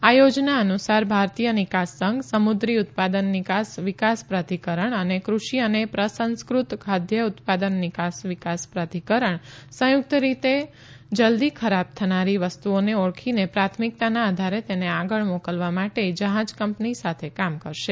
આ યોજના અનુસાર ભારતીય નિકાસ સંઘ સમુદ્રી ઉત્પાદન નિકાસ વીકાસ પ્રાધિકરણ અને કૃષિ અને પ્રસંસ્કૃત ખાદ્ય ઉત્પાદન નિકાસ વીકાસ પ્રાધિકરણ સંયુકત રીતે જલ્દી ખરાબ થનારી વસ્તુઓને ઓળખીને પ્રાથમિકતાના આધારે તેને આગળ મોકલવા માટે જહાજ કંપની સાથે કામ કરશે